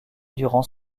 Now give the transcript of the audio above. durant